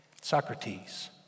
socrates